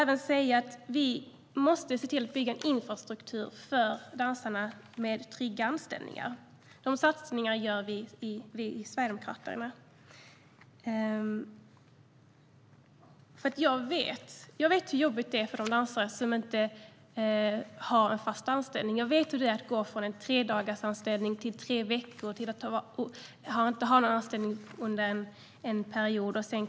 Vi måste bygga en infrastruktur med trygga anställningar för dansare. Dessa satsningar gör Sverigedemokraterna. Jag vet hur jobbigt det är att inte ha en fast anställning. Jag vet hur det är att gå från en tredagarsanställning till en treveckorsanställning och sedan bli tillfälligt arbetslös.